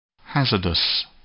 Hazardous